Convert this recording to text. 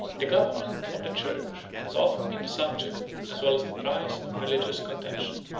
the government of the church has often been the subject, as well as the prize, of religious contention.